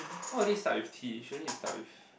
why does it start with T shouldn't it start with